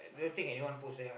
I don't think anyone post there